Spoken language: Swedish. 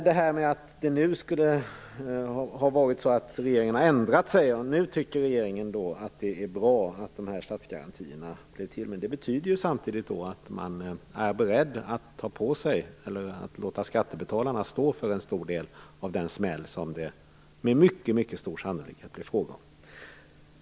Att regeringen skulle ha ändrat sig och nu tycker att det är bra med statsgarantier betyder ju samtidigt att man är beredd att låta skattebetalarna stå för en stor del av den smäll som det med mycket stor sannolikhet blir fråga om.